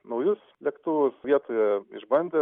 naujus lėktuvus vietoje išbandė